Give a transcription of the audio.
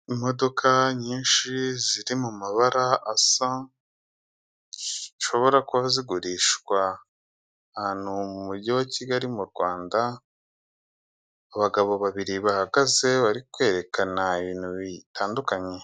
Imodoka nyinshi ziri mu mabara asa, zishobora kuba zigurishwa, ahantu mu mujyi wa Kigali mu Rwanda, abagabo babiri bahagaze bari kwerekana ibintu bitandukanye.